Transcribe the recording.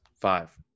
Five